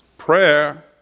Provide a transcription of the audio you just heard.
Prayer